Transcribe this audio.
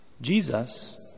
Jesus